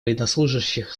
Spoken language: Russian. военнослужащих